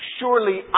Surely